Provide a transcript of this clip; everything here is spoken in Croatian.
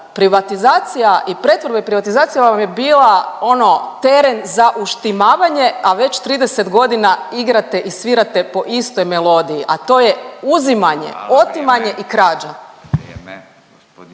privatizacija i pretvorba i privatizacija vam je bila ono teren ono za uštimavanje, a već 30 godina igrate i svirate po istoj melodiji, a to je uzimanje, otimanje i krađa.